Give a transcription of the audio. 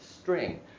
string